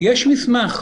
יש מסמך,